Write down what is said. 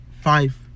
five